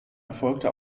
erfolgte